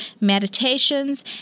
meditations